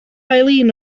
eileen